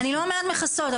אני לא אומרת מכסות.